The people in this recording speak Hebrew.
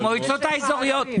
המועצות האזוריות.